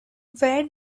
where